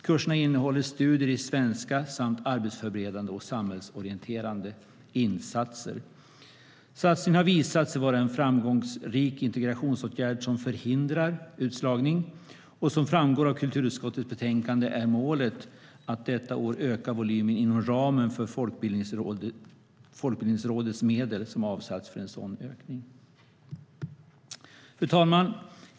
Kurserna innehåller studier i svenska samt arbetsförberedande och samhällsorienterande insatser. Satsningen har visat sig vara en framgångsrik integrationsåtgärd som förhindrar utslagning. Som framgår av kulturutskottets betänkande är målet att detta år öka volymen inom ramen för Folkbildningsrådets medel som avsatts för en sådan ökning. Fru talman!